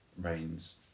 rains